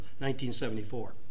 1974